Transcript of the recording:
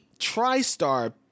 TriStar